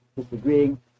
disagreeing